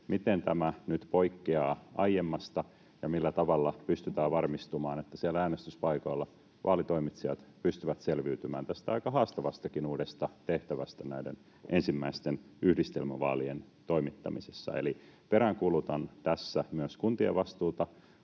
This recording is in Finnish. miten tämä nyt poikkeaa aiemmasta ja millä tavalla pystytään varmistumaan, että siellä äänestyspaikoilla vaalitoimitsijat pystyvät selviytymään tästä aika haastavastakin uudesta tehtävästä näiden ensimmäisten yhdistelmävaalien toimittamisessa. Eli peräänkuulutan tässä myös kuntien vastuuta.